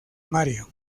mario